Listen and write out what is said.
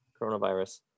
coronavirus